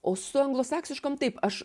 o su anglosaksiškom taip aš